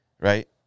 right